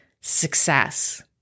success